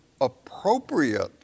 appropriate